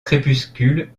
crépuscule